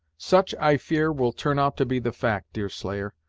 such, i fear, will turn out to be the fact, deerslayer.